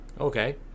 Okay